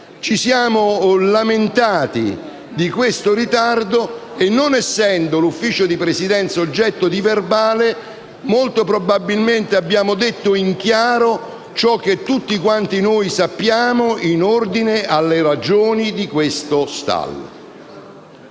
ci siamo lamentati di questo ritardo e non essendo l'Ufficio di Presidenza una sede oggetto di resoconto molto probabilmente abbiamo detto in chiaro ciò che tutti quanti noi sappiamo in ordine alle ragioni di questo stallo.